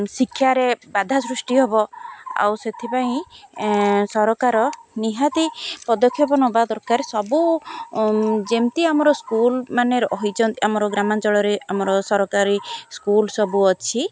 ଶିକ୍ଷାରେ ବାଧା ସୃଷ୍ଟି ହବ ଆଉ ସେଥିପାଇଁ ସରକାର ନିହାତି ପଦକ୍ଷେପ ନବା ଦରକାର ସବୁ ଯେମିତି ଆମର ସ୍କୁଲମାନେ ରହିଛନ୍ତି ଆମର ଗ୍ରାମାଞ୍ଚଳରେ ଆମର ସରକାରୀ ସ୍କୁଲ ସବୁ ଅଛି